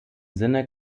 sinne